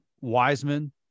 wiseman